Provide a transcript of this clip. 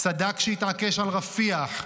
צדק כשהתעקש על רפיח,